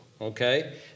Okay